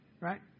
right